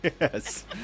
Yes